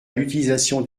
l’utilisation